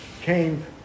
came